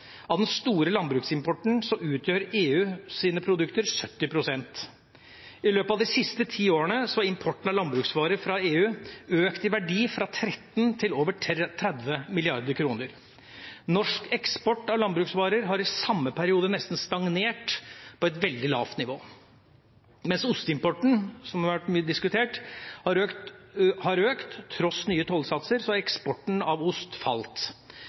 Av den store landbruksimporten utgjør EUs produkter 70 pst. I løpet av de siste ti årene har importen av landbruksvarer fra EU økt i verdi fra 13 til over 30 mrd. kr. Norsk eksport av landbruksvarer har i samme periode nesten stagnert på et veldig lavt nivå. Mens osteimporten – som har vært mye diskutert – har økt, tross nye tollsatser, har eksporten av ost falt.